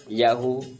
yahoo